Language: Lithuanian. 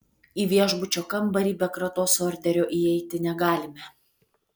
į viešbučio kambarį be kratos orderio įeiti negalime